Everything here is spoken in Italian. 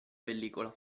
pellicola